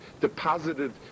deposited